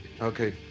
Okay